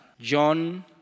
John